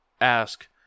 ask